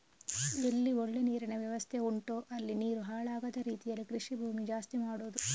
ಎಲ್ಲಿ ಒಳ್ಳೆ ನೀರಿನ ವ್ಯವಸ್ಥೆ ಉಂಟೋ ಅಲ್ಲಿ ನೀರು ಹಾಳಾಗದ ರೀತೀಲಿ ಕೃಷಿ ಭೂಮಿ ಜಾಸ್ತಿ ಮಾಡುದು